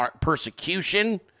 persecution